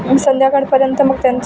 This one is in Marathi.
मग संध्याकाळपर्यंत मग त्यांचं